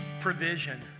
Provision